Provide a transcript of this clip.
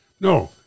No